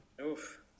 Oof